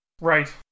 Right